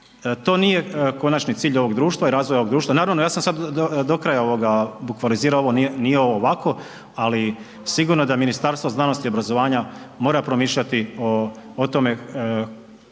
to nije končani cilj ovog društva i razvoja ovog društva. Naravno, ja sam sad do kraja bukvalizirao, ovo nije, nije ovo ovako, ali sigurno je da Ministarstvo znanosti i obrazovanja mora promišljati o tome što